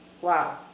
Wow